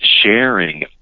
sharing